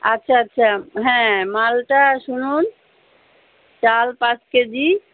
আচ্ছা আচ্ছা হ্যাঁ মালটা শুনুন চাল পাঁচ কেজি